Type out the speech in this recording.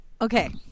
Okay